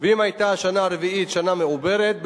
ואם היתה השנה הרביעית שנה מעוברת,